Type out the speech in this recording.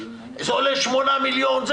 זה עולה 8 מיליון.